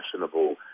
fashionable